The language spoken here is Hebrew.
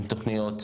עם תוכניות,